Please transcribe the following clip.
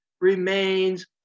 remains